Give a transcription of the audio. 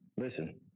listen